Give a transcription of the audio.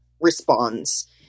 responds